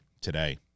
today